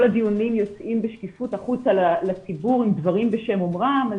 כל הדיונים יוצאים בשקיפות החוצה לציבור עם דברים בשם אומרם.